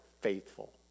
faithful